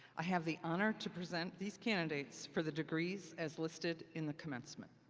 i have the honor to present these candidates for the degrees as listed in the commencement.